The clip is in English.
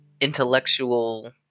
intellectual